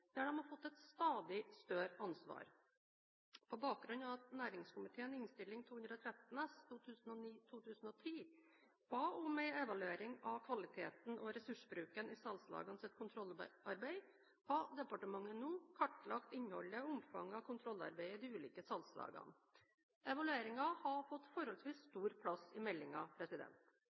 der de har fått et stadig større ansvar. På bakgrunn av at næringskomiteen i Innst. 213 S for 2009–2010 ba om en evaluering av kvaliteten og ressursbruken i salgslagenes kontrollarbeid, har departementet nå kartlagt innholdet og omfanget av kontrollarbeidet i de ulike salgslagene. Evalueringen har fått forholdsvis stor plass i